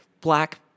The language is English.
black